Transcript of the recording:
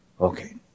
Okay